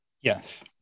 Yes